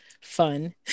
fun